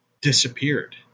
disappeared